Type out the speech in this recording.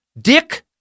Dick